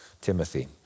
Timothy